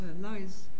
lies